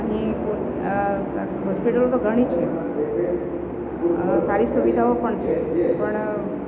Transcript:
અહીં હોસ્પિટલો તો ઘણી છે સારી સુવિધાઓ પણ છે પણ